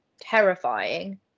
terrifying